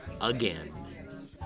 again